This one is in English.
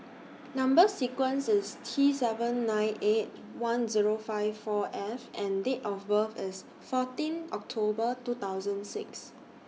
Number sequence IS T seven nine eight one Zero five four F and Date of birth IS fourteen October two thousand six